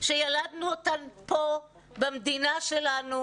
שילדנו אותם פה במדינה שלנו,